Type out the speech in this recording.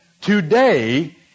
Today